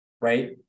right